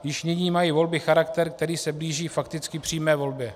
Již nyní mají volby charakter, který se blíží fakticky přímé volbě.